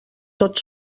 tot